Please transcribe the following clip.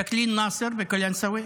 ז'קלין נאסר מקלנסווה.